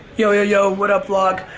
yo, yo, yo, what up, vlog?